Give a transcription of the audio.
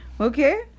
Okay